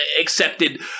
accepted